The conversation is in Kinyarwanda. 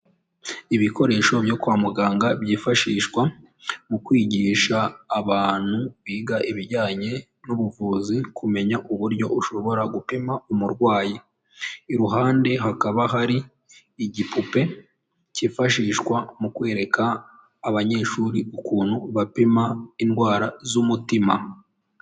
Ibikoresho byo kwa muganga byifashishwa mu kwigisha abantu biga ibijyanye n'ubuvuzi, kumenya uburyo ushobora gupima umurwayi, iruhande hakaba hari igipupe cyifashishwa mu kwereka abanyeshuri ukuntu bapima indwara z'umutima.